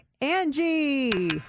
Angie